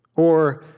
or,